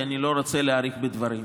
כי אני לא רוצה להאריך בדברים,